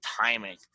timing